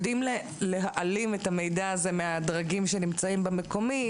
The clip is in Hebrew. יודעים להעלים את המידע הזה מהדרגים שנמצאים במקומי,